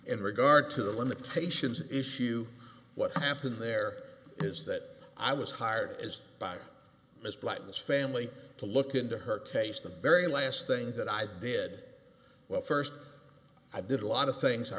in regard to the limitations issue what happened there is that i was hired as by his blackness family to look into her case the very last thing that i did well first i did a lot of things i